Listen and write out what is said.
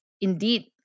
indeed